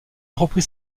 repris